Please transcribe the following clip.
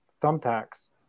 thumbtacks